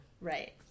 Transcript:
Right